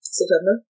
September